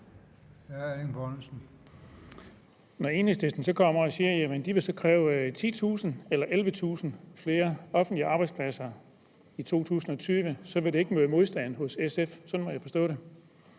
så kommer og siger, at de vil kræve 10.000 eller 11.000 flere offentlige arbejdspladser i 2020, så vil det ikke møde modstand hos SF. Sådan må jeg forstå det.